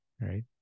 right